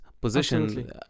position